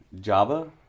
Java